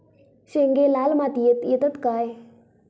शेंगे लाल मातीयेत येतत काय?